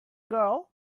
girl